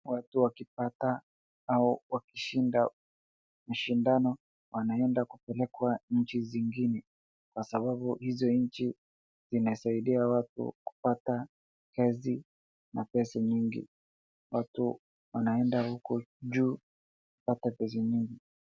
Watu wakipata au wakishinda mashindano wanaenda kupelekwa nchi zingine kwa sababu hizo nchi zinasaidia watu kupata kazi na pesa nyingi. Watu wanaenda huko juu kupata pesa nyingi.